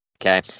Okay